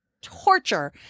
torture